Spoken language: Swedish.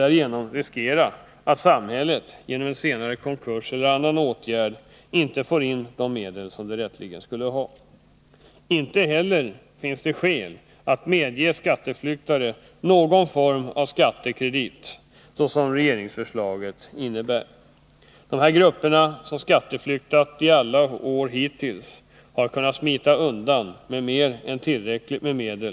Därigenom riskerar samhället att på grund av en senare konkurs eller annan åtgärd inte få in de medel som det rätteligen skulle ha. Det finns inte heller skäl att medge skatteflyktare något slags skattekredit, som regeringsförslaget innebär. De grupper som i alla år hittills skatteflyktat har redan smitit undan med mer än tillräckligt med medel.